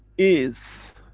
is